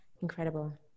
Incredible